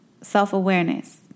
self-awareness